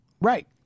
Right